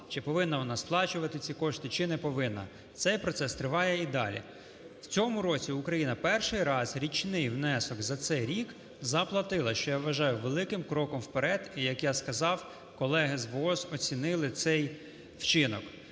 чи повинна вона сплачувати, чи не повинна. Цей процес триває і далі. В цьому році Україна перший раз річний внесок за цей рік заплатила, що я вважаю великим кроком вперед. І як я сказав, колеги з ВООЗ оцінили цей вчинок.